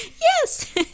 Yes